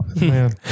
Man